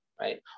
right